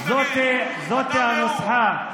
זו הנוסחה.